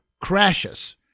crashes